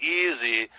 easy